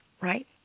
right